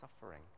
suffering